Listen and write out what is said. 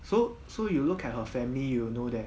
so so you look at her family you know that